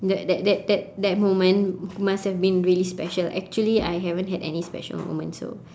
that that that that that moment must have been really special actually I haven't had any special moment so